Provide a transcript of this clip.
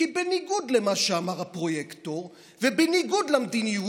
כי בניגוד למה שאמר הפרויקטור ובניגוד למדיניות,